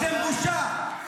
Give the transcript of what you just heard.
אתם בושה.